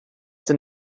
den